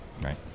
right